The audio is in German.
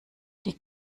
die